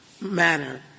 manner